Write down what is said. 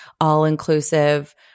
all-inclusive